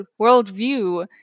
worldview